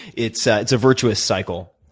it's it's a virtuous cycle.